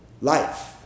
life